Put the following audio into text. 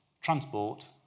transport